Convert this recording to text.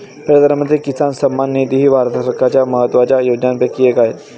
प्रधानमंत्री किसान सन्मान निधी ही भारत सरकारच्या महत्वाच्या योजनांपैकी एक आहे